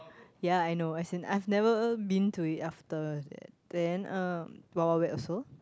ya I know as in I've never been to it after that then uh Wild-Wild-Wet also